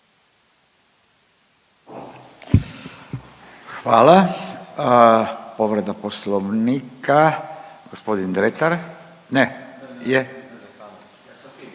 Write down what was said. Hvala.